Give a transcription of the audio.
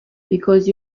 because